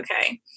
okay